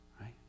right